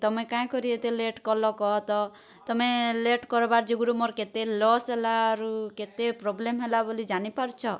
ତମେ କାଁ କରି ଏତେ ଲେଟ୍ କଲ କହ ତ ତମେ ଲେଟ୍ କର୍ବାର୍ ଯୋଗୁରୁ ମୋର୍ କେତେ ଲସ୍ ହେଲା ଆରୁ କେତେ ପ୍ରୋବ୍ଲେମ୍ ହେଲା ବୋଲି ଜାନିପାରୁଛ